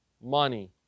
money